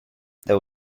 there